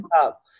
up